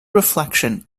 reflection